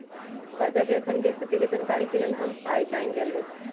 करजा के अखनीके स्थिति के जानकारी के लेल हम आइ बैंक गेल रहि